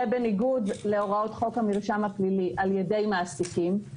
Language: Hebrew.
בניגוד להוראות חוק המרשם הפלילי, על ידי מעסיקים.